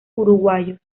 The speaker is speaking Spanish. uruguayos